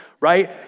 Right